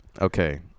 Okay